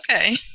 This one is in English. Okay